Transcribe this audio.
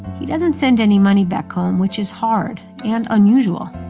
he doesn't send any money back home, which is hard and unusual.